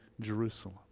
Jerusalem